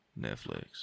Netflix